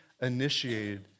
initiated